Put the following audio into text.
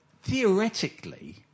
Theoretically